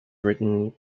written